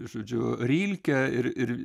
žodžiu rilkę ir ir